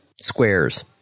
squares